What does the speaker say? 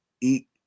eat